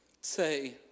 say